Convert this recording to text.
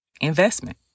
investment